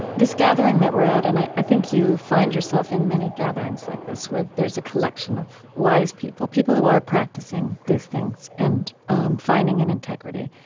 this gathering that we're at and ah i think you find yourself in many gatherings like this, where there's a collection of wise people, people who are practicing these things and finding an integrity.